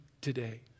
today